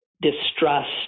distrust